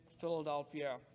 Philadelphia